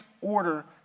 order